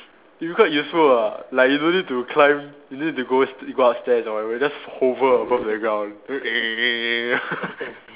it'll quite useful ah like you don't need to climb you don't need to go go upstairs or whatever you just hover above the ground then